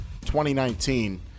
2019